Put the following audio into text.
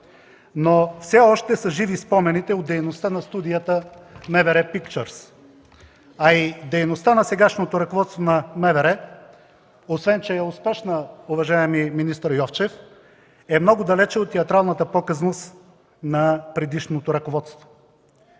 но все още са живи спомените от дейността на студията „МВР Пикчърс”, а и дейността на сегашното ръководство на МВР, освен че е успешна, уважаеми министър Йовчев, е много далече от театралната показност на предишното ръководство.